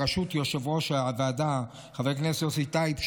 בראשות יושב-ראש הוועדה חבר הכנסת יוסי טייב,